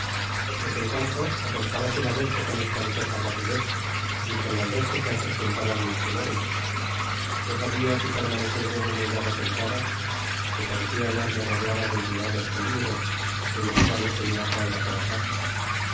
entretanto acercábase la noche con espantosa rapidez y con la noche se acrecentaban mis temores no sabia si permanecer donde me hallaba sentada me parecia hallarme rodeada de ignorados peligros en los cuales temia caer á cada paso